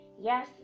Yes